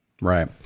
Right